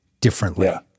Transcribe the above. differently